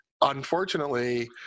unfortunately